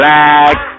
Black